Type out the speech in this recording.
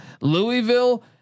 Louisville